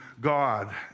God